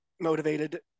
motivated